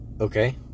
okay